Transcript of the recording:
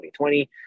2020